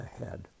ahead